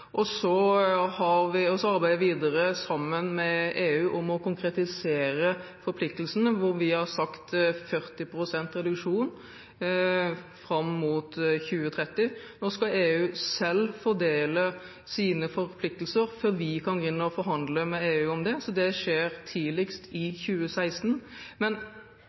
og så arbeider vi videre sammen med EU om å konkretisere forpliktelsene, hvor vi har sagt 40 pst. reduksjon fram mot 2020. Nå skal EU selv fordele sine forpliktelser før vi kan begynne å forhandle med EU om det. Det skjer tidligst i 2016. Men